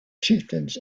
chieftains